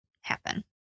happen